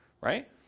right